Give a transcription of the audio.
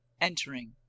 Entering